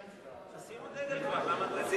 תשימו דגל כבר, נא